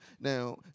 Now